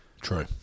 True